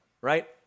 right